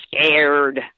scared